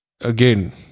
again